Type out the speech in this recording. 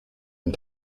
and